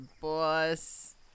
boss